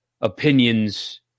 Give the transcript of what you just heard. opinions